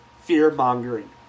fear-mongering